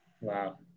Wow